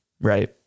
right